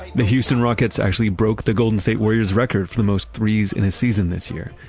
the houston rockets actually broke the golden state warriors' record for the most three's in a season this year,